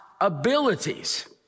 abilities